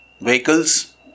Vehicles